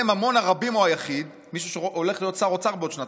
ממון הרבים או היחיד" מישהו שהולך להיות שר אוצר בעוד שנתיים,